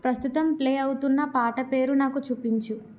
ప్రస్తుతం ప్లే అవుతున్న పాట పేరు నాకు చూపించు